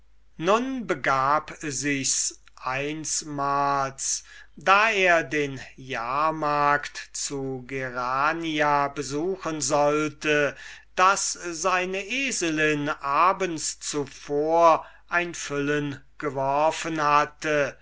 nun begab sichs einsmals da er den jahrmarkt zu gerania besuchen sollte daß seine eselin abends zuvor ein füllen geworfen hatte